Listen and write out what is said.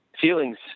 feelings